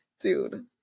Dude